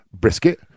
brisket